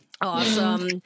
Awesome